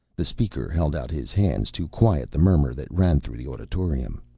the speaker held out his hands to quiet the murmur that ran through the auditorium.